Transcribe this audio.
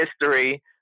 history